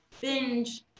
binge